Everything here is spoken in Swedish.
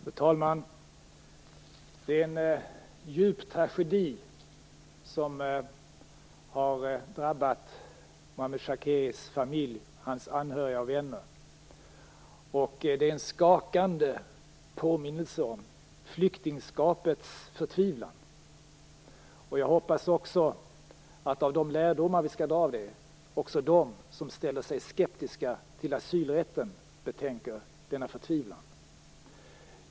Fru talman! Det är en djup tragedi som har drabbat Mohammed Shakeris familj, hans anhöriga och vänner. Det är en skakande påminnelse om flyktingskapets förtvivlan. Jag hoppas att de lärdomar vi skall dra av det också skall få dem som ställer sig skeptiska till asylrätten att betänka denna förtvivlan.